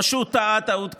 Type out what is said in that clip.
או שהוא טעה טעות קשה,